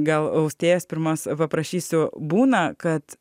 gal austėjos pirmos paprašysiu būna kad